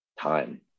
time